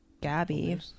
Gabby